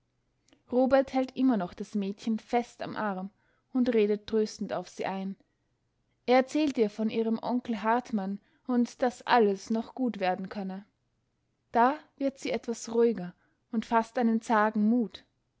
robert hält immer noch das mädchen fest am arm und redet tröstend auf sie ein er erzählt ihr von ihrem onkel hartmann und daß alles noch gut werden könne da wird sie etwas ruhiger und faßt einen zagen mut